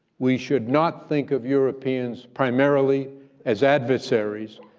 we should not think of europeans primarily as adversaries,